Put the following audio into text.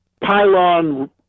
pylon